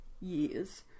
years